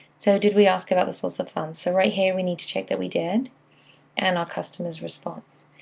so did we ask about the source of fund? so right here, we need to check that we did and our customer's response.